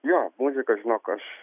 jo muzika žinok aš